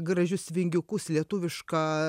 gražius vingiukus lietuvišką